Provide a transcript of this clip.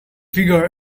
bigger